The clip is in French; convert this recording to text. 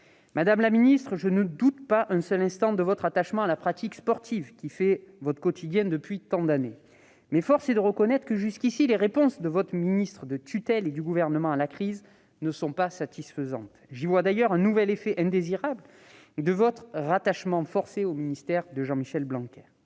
Madame la ministre, je ne doute pas un seul instant de votre attachement à la pratique sportive, qui fait votre quotidien depuis tant d'années. Force est toutefois de reconnaître que, jusqu'à présent, les réponses à la crise de votre ministre de tutelle et du Gouvernement ne sont pas satisfaisantes. J'y vois d'ailleurs un nouvel effet indésirable du rattachement forcé de votre ministère à celui de Jean-Michel Blanquer.